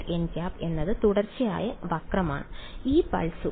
nˆ എന്നത് തുടർച്ചയായ വക്രമാണ് ഈ പൾസുകൾ